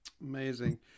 Amazing